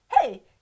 hey